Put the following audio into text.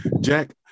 Jack